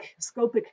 scopic